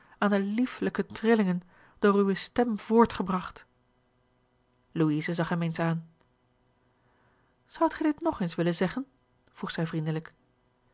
aan de liefelijke trillingen door uwe stem voortgebragt louise zag hem eens aan zoudt gij dit nog eens willen zeggen vroeg zij vriendelijk